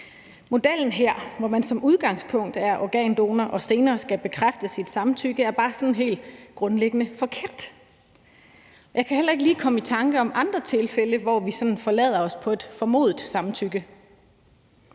Modellen her, hvor man som udgangspunkt er organdonor og senere skal bekræfte sit samtykke, er bare sådan helt grundlæggende forkert. Jeg kan heller ikke lige komme i tanker om andre tilfælde, hvor vi sådan forlader os på et formodet samtykke.